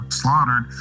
slaughtered